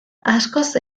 askoz